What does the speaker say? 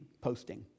posting